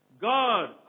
god